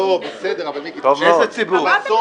בסדר, אבל, מיקי ----- איזה ציבור?